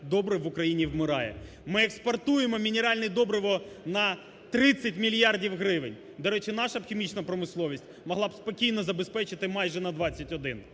добрив в Україні вмирає. Ми експортуємо мінеральне добриво на 30 мільярдів гривень, до речі, наша хімічна промисловість могла б спокійно забезпечити майже на 21.